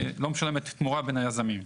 לא משולמת תמורה בין היזמים.